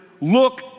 look